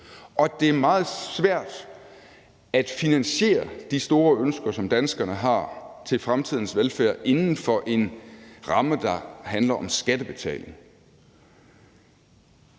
at det er meget svært at finansiere de store ønsker, som danskerne har til fremtidens velfærd inden for en ramme, der handler om skattebetaling.